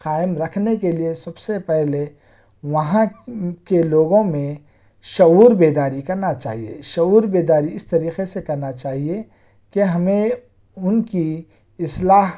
قائم رکھنے کے لئے سب سے پہلے وہاں کے لوگوں میں شعور بیداری کرنا چاہیے شعور بیداری اس طریقے سے کرنا چاہیے کہ ہمیں ان کی اصلاح